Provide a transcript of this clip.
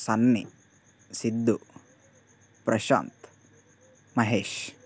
Sunny Sidhu Prashanth Mahesh